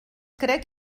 crec